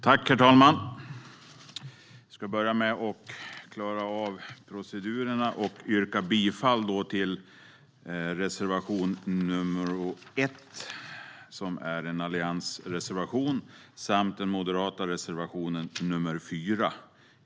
Herr talman! Jag ska börja med att yrka bifall till reservation 1, som är en alliansreservation, och till den moderata reservation 4.